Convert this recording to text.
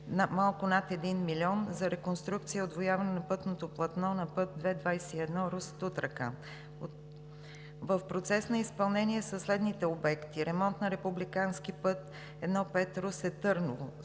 малко над 1 милион за реконструкция, удвояване на пътното платно на път ІІ-21 Русе – Тутракан. В процес на изпълнение са следните обекти: - ремонт на републикански път І-5 Русе – Търново,